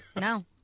No